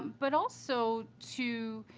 but also to.